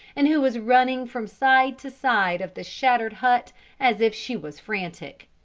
and who was running from side to side of the shattered hut as if she was frantic.